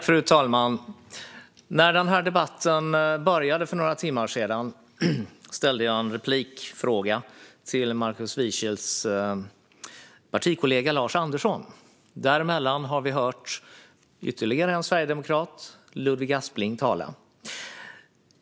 Fru talman! När den här debatten började för några timmar sedan ställde jag i en replik en fråga till Markus Wiechels partikollega Lars Andersson. Därefter har vi hört ytterligare en sverigedemokrat, Ludvig Aspling, tala.